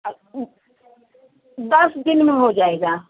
अच्छा दस दिन में हो जाएगा